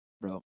bro